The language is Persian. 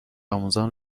آموزان